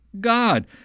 God